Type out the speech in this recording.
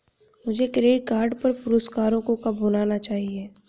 मुझे credit card पर पुरस्कारों को कब भुनाना चाहिए?